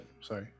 sorry